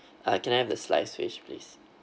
uh can have the sliced fish please